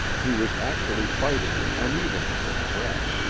he was actually fighting an unevenness of breath,